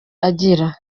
agira